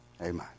Amen